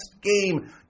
game